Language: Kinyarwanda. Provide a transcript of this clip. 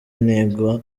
ntego